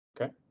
Okay